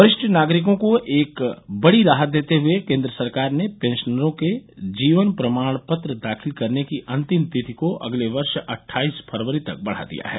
वरिष्ठ नागरिकों को एक बड़ी राहत देते हुए केन्द्र सरकार ने पेंशनरों के जीवन प्रमाण पत्र दाखिल करने की अंतिम तिथि को अगले वर्ष अट्ठाईस फरवरी तक बढा दिया है